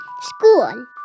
School